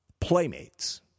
playmates